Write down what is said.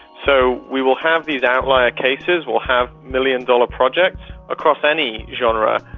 so we will have these outlier cases, we'll have million-dollar projects across any genre,